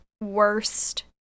worst